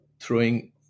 throwing